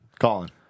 colin